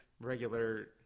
regular –